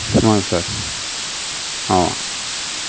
ஆமாம்ங்க சார்